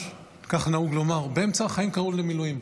כך נהוג לומר: באמצע החיים קראו לי למילואים.